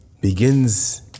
begins